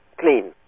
clean